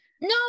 No